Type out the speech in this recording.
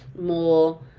more